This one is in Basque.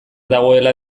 dagoela